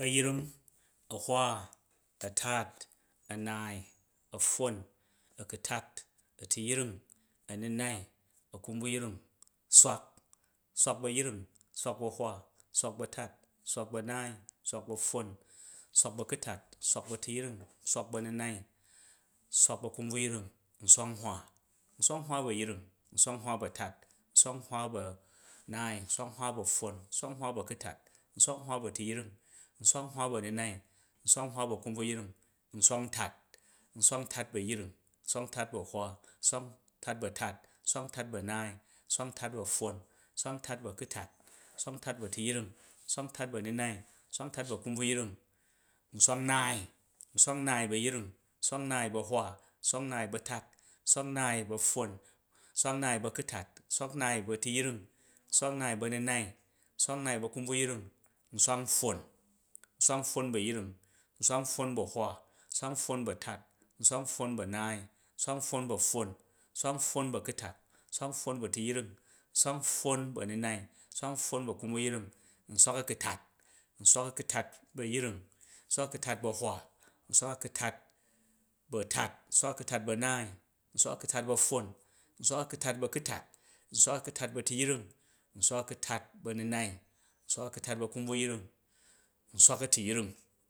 A̱yring, a̱hwa, a̱tat, a̱naai, a̱pffon, a̱kutat, a̱tuyring, a̱nunai, a̱kunbvuyring swak, swak bu̱ a̱yring, swak ba̱ a̱naai, swak bu̱ a̱pffon, swak bu̱ a̱kutat, swak bu̱ a̱tuyring swak bu̱ a̱nunai swak bu̱ a̱kunbvuyring nswak nhwa, nswak nhwa bu̱ a̱yring nswak nhwa bu̱ a̱hwa nswak nhwa bu̱ a̱tat, nswak nhwa bu̱ a̱naai nswak nhwa bu̱ a̱pffon nswak nhwa bu̱ a̱kunbvu yring nswak ntat, nswak ntat bu̱ a̱yring nswok ntat bu̱ a̱hwa nswak ntat bu̱ a̱tat nswak ntat bu̱ anaai, nswak ntat bu a̱pffon nswak ntat bu̱ a̱kutat nswak ntat bu̱etuyring nswak ntat bu̱ a̱nunai, nswak ntat bu̱ akunbvuyring nswak nnaai, nswak nnaai bu̱ a̱yring, nswak nnaai bu̱ a̱hwa nswak nnaai bu̱ a̱tat nswak nnaai bu̱ a̱naai, nswak nnaai bu̱ a̱tat nswak nnaai bu̱ a̱naai, nswak nnaai bu̱ a̱pffon, nswok nnaai bu̱ a̱kutat nswak nnaai bu̱ a̱tuy yring, nswak nnaai bu̱ a̱nunai, nswak nnaai bu̱ a̱kunbvuyring nswak npffon. nswak npffon bu̱ a̱yring nswak npffon bu̱ a̱hwa nswak npffon bu̱ a̱naai nswak npffon bu̱ a̱pffon nswak npffon bu̱ a̱kutat, nswak npffon bu̱ a̱tuyring, nswak npffon bu̱ a̱nunai nswak npffon bu̱ a̱nunai nswak npffon bu̱ a̱kanbvuyring, nsurak a̱kutat, nswak a̱kntat bu̱ ayring nswak a̱kutat bu̱ a̱hwa, nswak a̱kutat bu̱ a̱tat nswak a̱kutat bʉ anaai nswak a̱kntat bu a̱pffon nswak a̱kutat bu̱ akutat, nswak a̱kwtat bu̱ a̱tuyring nswak a̱kutat bu̱ a̱nunai nswak akutat bu̱ a̱kunbvayring nswak a̱tuyring.